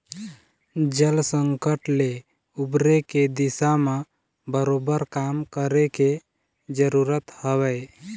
जल संकट ले उबरे के दिशा म बरोबर काम करे के जरुरत हवय